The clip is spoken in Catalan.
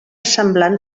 semblant